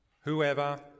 whoever